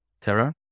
Terra